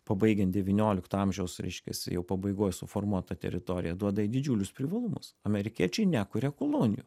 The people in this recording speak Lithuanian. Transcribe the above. pabaigian devyniolikto amžiaus reiškias jau pabaigoj suformuota teritorija duoda jai didžiulius privalumus amerikiečiai nekuria kolonijų